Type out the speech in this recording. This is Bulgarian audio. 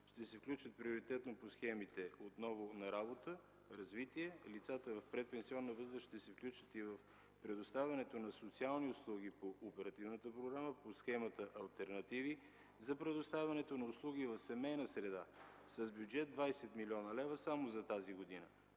ще се включат приоритетно по схемите „Отново на работа”, „Развитие”, лицата в предпенсионна възраст ще се включат и в предоставянето на социални услуги по Оперативната програма по схемата „Алтернативи” за предоставянето на услуги в семейна среда с бюджет 20 млн. лв. само за тази година